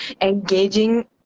engaging